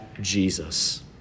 Jesus